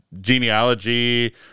genealogy